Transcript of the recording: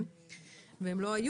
יש מומחי